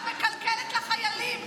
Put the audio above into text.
ואת מקלקלת לחיילים,